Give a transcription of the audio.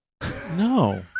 no